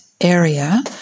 area